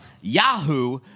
Yahoo